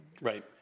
Right